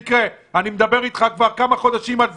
אני מדבר איתך בנושא כבר כמה חודשים.